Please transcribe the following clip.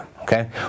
okay